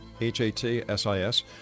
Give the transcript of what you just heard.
H-A-T-S-I-S